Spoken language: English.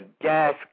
gas